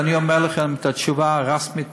ואני אומר לכם את התשובה הרשמית,